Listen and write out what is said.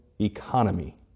economy